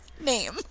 name